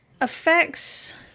Effects